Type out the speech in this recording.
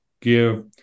give